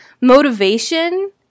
motivation